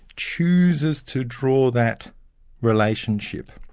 chooses to draw that relationship.